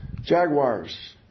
jaguars